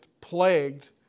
plagued